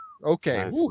okay